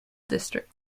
district